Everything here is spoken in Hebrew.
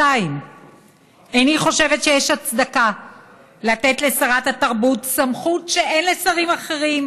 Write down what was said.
2. איני חושבת שיש הצדקה לתת לשרת התרבות סמכות שאין לשרים אחרים,